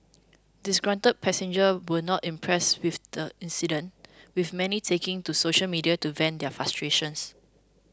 disgruntled passengers were not impressed with the incident with many taking to social media to vent their frustrations